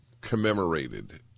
commemorated